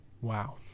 Wow